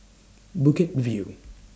Bukit View